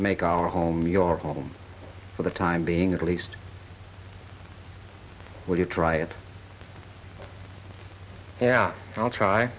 make our home your home for the time being at least while you try it yeah i'll try